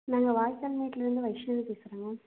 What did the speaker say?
நாங்கள் வாய்க்கால் மேட்டிலேருந்து வைஷ்ணவி பேசுகிறேன் மேம்